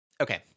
Okay